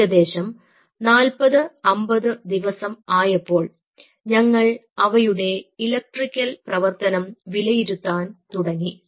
ഏകദേശം 40 50 ദിവസം ആയപ്പോൾ ഞങ്ങൾ അവയുടെ ഇലക്ട്രിക്കൽ പ്രവർത്തനം വിലയിരുത്താൻ തുടങ്ങി